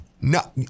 No